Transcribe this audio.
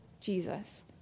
Jesus